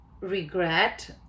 regret